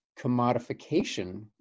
commodification